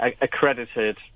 Accredited